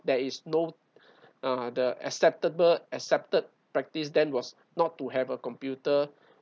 there is no uh the acceptable accepted practice then was not to have a computer